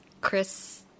chris